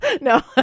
No